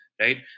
right